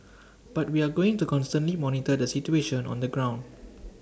but we are going to constantly monitor the situation on the ground